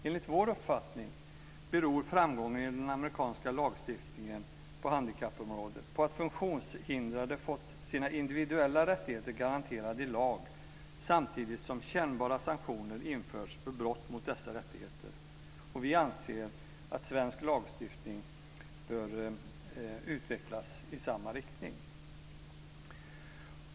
Enligt vår uppfattning beror framgången för den amerikanska lagstiftningen på handikappområdet på att funktionshindrade fått sina individuella rättigheter garanterade i lag samtidigt som kännbara sanktioner införts för brott mot dessa rättigheter. Vi anser att svensk lagstiftning bör utvecklas i samma riktning.